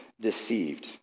deceived